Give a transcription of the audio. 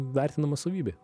vertinama savybė